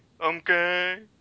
Okay